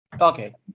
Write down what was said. Okay